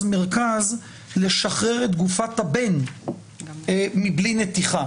מרכז לשחרר את גופת הבן בלי נתיחה.